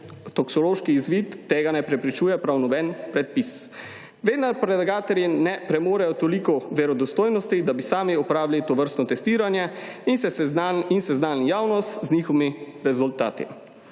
toksološki izvid, tega ne preprečuje prav noben predpis. Vendar predlagatelji ne premorejo toliko verodostojnosti, da bi sami opravili tovrstno testiranje in seznanili javnost z njihovimi rezultati.